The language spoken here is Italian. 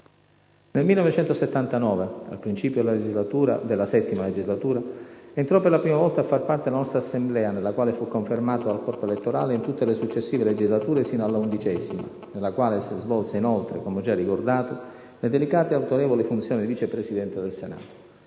Nel 1979, al principio della VII legislatura, entrò per la prima volta a far parte della nostra Assemblea, nella quale fu confermato dal corpo elettorale in tutte le successive legislature fino alla XI, nella quale svolse inoltre - come ho già ricordato - le delicate ed autorevoli funzioni di Vice Presidente del Senato.